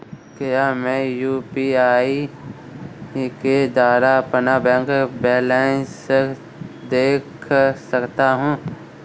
क्या मैं यू.पी.आई के द्वारा अपना बैंक बैलेंस देख सकता हूँ?